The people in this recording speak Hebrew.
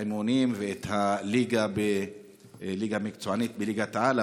האימונים ואת הליגה המקצוענית בליגת-העל,